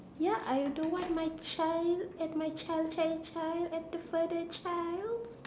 ya I don't want my child and my child child child at the further child